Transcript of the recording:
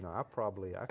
i probably. i